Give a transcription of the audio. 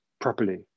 properly